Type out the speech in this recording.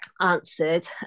answered